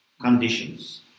conditions